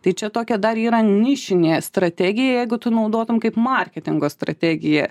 tai čia tokia dar yra nišinė strategija jeigu tu naudotum kaip marketingo strategiją